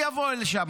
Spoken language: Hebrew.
מי יבוא לשם?